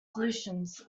solutions